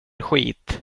skit